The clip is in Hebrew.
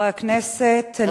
חברי הכנסת,